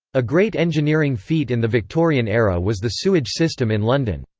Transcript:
a great engineering feat in the victorian era was the sewage system in london.